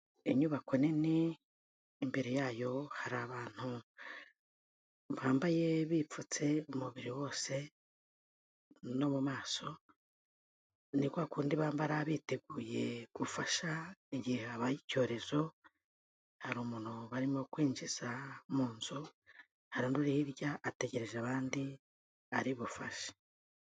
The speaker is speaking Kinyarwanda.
Inyubako nini imbere yayo hari abantu bambaye bipfutse umubiri wose no mu maso, ni kwa kundi bambara biteguye gufasha igihe habaye icyorezo, hari umuntu barimo kwinjiza mu nzu, hari undi uri hirya ategereje abandi ari bufashe.